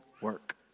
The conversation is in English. work